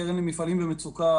קרן מפעלים במצוקה